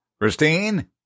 Christine